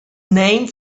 name